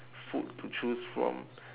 food to choose from